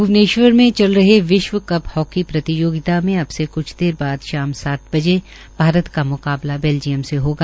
भ्वनेश्वर में चल रहे विश्व कप हाकी प्रतियोगिता में अब से क्छ देर बाद शाम सात बजे भारत का म्काबला बैल्जियम से होगा